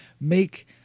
make